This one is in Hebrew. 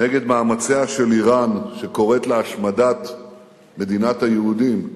נגד מאמציה של אירן, שקוראת להשמדת מדינת היהודים,